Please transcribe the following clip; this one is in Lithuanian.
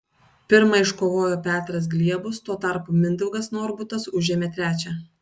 pirmą iškovojo petras gliebus tuo tarpu mindaugas norbutas užėmė trečią